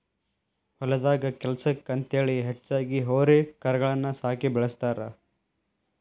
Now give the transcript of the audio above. ಹೊಲದಾಗ ಕೆಲ್ಸಕ್ಕ ಅಂತೇಳಿ ಹೆಚ್ಚಾಗಿ ಹೋರಿ ಕರಗಳನ್ನ ಸಾಕಿ ಬೆಳಸ್ತಾರ